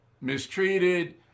mistreated